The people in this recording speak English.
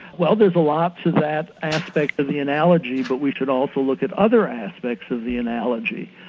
well there's a lot to that aspect of the analogy but we can also look at other aspects of the analogy.